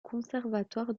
conservatoire